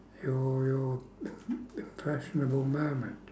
your your impressionable moment